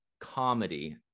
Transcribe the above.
comedy